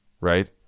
right